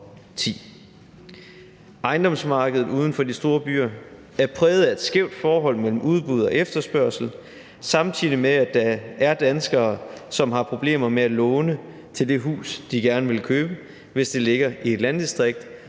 Ejendomsmarkedet uden for de store byer er præget af et skævt forhold mellem udbud og efterspørgsel, samtidig med at der er danskere, som har problemer med at låne til det hus, som de gerne vil købe, hvis det ligger i et landdistrikt,